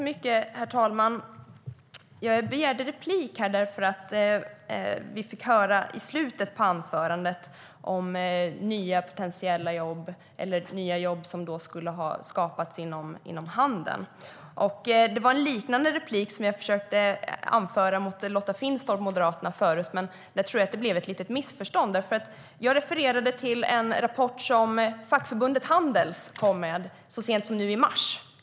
Herr talman! Jag begärde replik eftersom vi i slutet av anförandet fick höra om nya potentiella jobb eller nya jobb som skulle ha skapats inom handeln. Det var en liknande replik som jag försökte anföra mot Lotta Finstorp från Moderaterna tidigare, men där tror jag att det blev ett litet missförstånd. Jag refererade till en rapport som fackförbundet Handels kom med så sent som nu i mars.